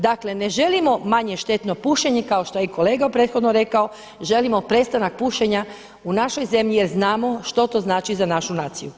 Dakle ne želimo manje štetno pušenje kao što je kolega prethodno rekao, želimo prestanak pušenja u našoj zemlji jer znamo što to znači za našu naciju.